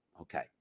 Okay